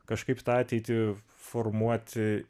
kažkaip tą ateitį formuoti